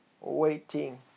waiting